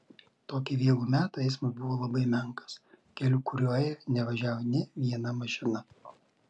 tokį vėlų metą eismas buvo labai menkas keliu kuriuo ėjo nevažiavo nė viena mašina